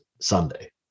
sunday